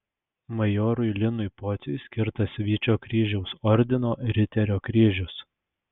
majorui linui pociui skirtas vyčio kryžiaus ordino riterio kryžius